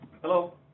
hello